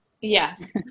Yes